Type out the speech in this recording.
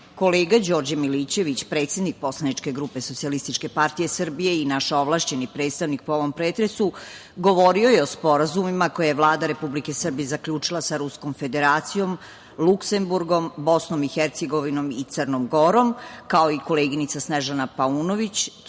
Kolega Đorđe Milićević, predsednik poslaničke grupe SPS i naš ovlašćeni predstavnik po ovom pretresu govorio je o sporazumima koje je Vlada Republike Srbije zaključila sa Ruskom Federacijom, Luksemburgom, BiH i Crnom Gorom, kao i koleginica Snežana Paunović,